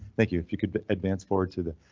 thank you if you could advance forward to the.